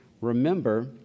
remember